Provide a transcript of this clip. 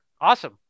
Awesome